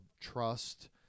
trust